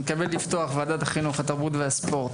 אני מתכבד לפתוח את ועדת החינוך, התרבות והספורט.